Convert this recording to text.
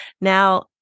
Now